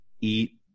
eat